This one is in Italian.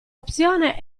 opzione